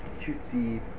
cutesy